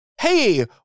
Hey